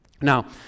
Now